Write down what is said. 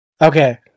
Okay